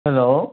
hello